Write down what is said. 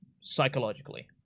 psychologically